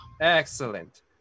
Excellent